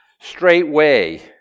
Straightway